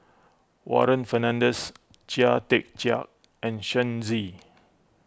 Warren Fernandez Chia Tee Chiak and Shen Xi